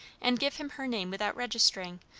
and give him her name without registering,